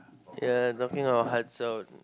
ya talking our hearts out